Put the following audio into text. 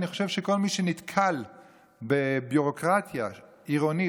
אני חושב שכל מי שנתקל בביורוקרטיה עירונית